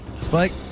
Spike